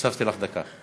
הוספתי לך דקה.